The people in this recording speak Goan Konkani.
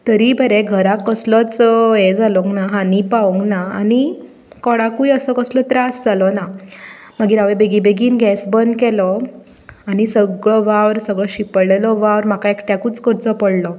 तरीय बरें घराक कसलोच हे जालोंना हानी पावोंक ना आनी कोणाकुय असो कसलोच त्रास जालो ना मागीर हांवेंन बेगी बेगीन गॅस बंद केलो आनी सगळो वावर सगळो शिंपडलेलो वावर म्हाका एकट्याकुच करचो पडलो